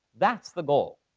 that's the goal.